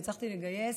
והצלחתי לגייס,